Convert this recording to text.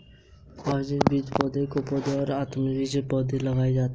आवृतबीजी पौधे बीज से और अनावृतबीजी पौधे लता से उत्पन्न होते है